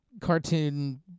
cartoon